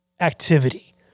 activity